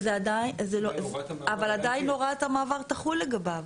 אבל עדיין הוראת המעבר תחול לגביו.